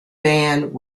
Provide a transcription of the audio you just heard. band